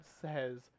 says